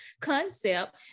concept